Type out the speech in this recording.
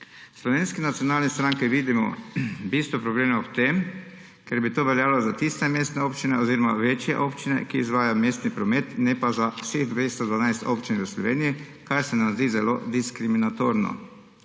Slovenski nacionalni stranki vidimo bistvo problema v tem, ker bi to veljalo za tiste mestne občine oziroma večje občine, ki izvajajo mestni promet, ne pa za vseh 212 občin v Sloveniji, kar se nam zdi zelo diskriminatorno.